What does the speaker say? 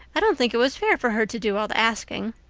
i don't think it was fair for her to do all the asking.